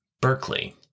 Berkeley